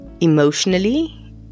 emotionally